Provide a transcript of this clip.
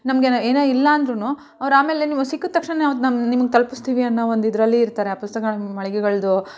ನಮ್ಗೇನ ಏನು ಇಲ್ಲ ಅಂದ್ರೂ ಅವ್ರು ಆಮೇಲೆ ನೀವು ಸಿಕ್ಕದ ತಕ್ಷಣನೇ ಆವತ್ತು ನಮ್ಮ ನಿಮಗೆ ತಲುಪಿಸ್ತೀವಿ ಅನ್ನೋ ಒಂದು ಇದರಲ್ಲಿ ಇರ್ತಾರೆ ಆ ಪುಸ್ತಕಗಳ ಮಳಿಗೆಗಳದ್ದು